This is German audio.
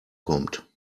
kommt